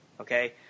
okay